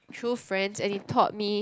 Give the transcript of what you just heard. true friends and it taught me